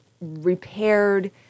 repaired